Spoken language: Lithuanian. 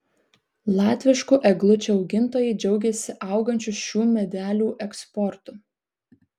latviškų eglučių augintojai džiaugiasi augančiu šių medelių eksportu